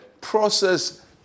process